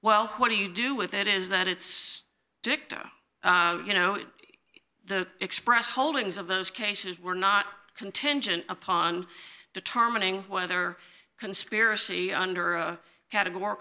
well what do you do with it is that it's dicta you know the express holdings of those cases were not contingent upon determining whether conspiracy under a categor